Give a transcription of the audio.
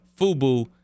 Fubu